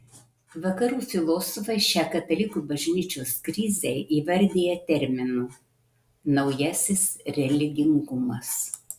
vakarų filosofai šią katalikų bažnyčios krizę įvardija terminu naujasis religingumas